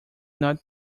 not